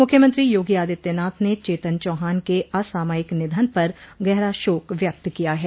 मुख्मयंत्री योगी आदित्यनाथ ने चेतन चौहान के असामयिक निधन पर गहरा शोक व्यक्त किया है